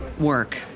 work